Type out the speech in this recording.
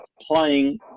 playing